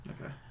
Okay